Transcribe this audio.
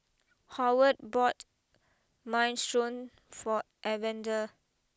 Howard bought Minestrone for Evander